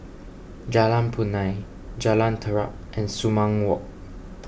Jalan Punai Jalan Terap and Sumang Walk